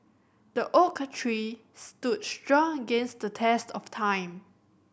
the oak tree stood strong against the test of time